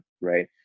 right